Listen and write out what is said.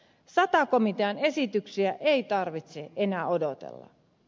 sata komitean esityksiä ei tarvitse enää odotella